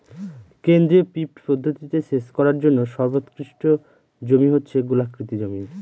কেন্দ্রীয় পিভট পদ্ধতিতে সেচ করার জন্য সর্বোৎকৃষ্ট জমি হচ্ছে গোলাকৃতি জমি